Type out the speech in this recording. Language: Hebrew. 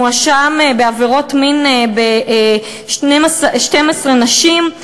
מואשם בעבירות מין ב-12 נשים.